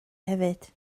hefyd